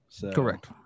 Correct